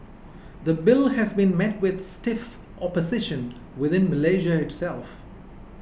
the Bill has been met with stiff opposition within Malaysia itself